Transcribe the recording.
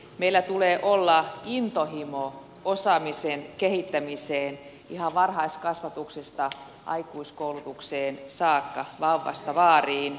meillä tulee olla intohimo osaamisen kehittämiseen ihan varhaiskasvatuksesta aikuiskoulutukseen saakka vauvasta vaariin